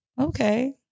okay